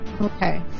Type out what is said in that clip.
Okay